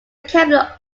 kepler